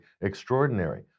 extraordinary